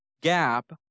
gap